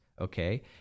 okay